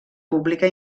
pública